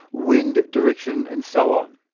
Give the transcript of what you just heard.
wind direction, and so on.